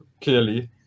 clearly